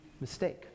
mistake